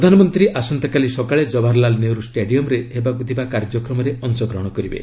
ପ୍ରଧାନମନ୍ତ୍ରୀ ଆସନ୍ତାକାଲି ସକାଳେ ଜବାହରଲାଲ୍ ନେହେରୁ ଷ୍ଟାଡିୟମ୍ରେ ହେବାକୁ ଥିବା କାର୍ଯ୍ୟକ୍ରମରେ ଅଂଶଗ୍ରହଣ କରିବେ